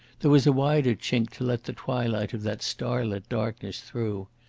there was a wider chink to let the twilight of that starlit darkness through.